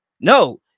No